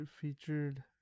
featured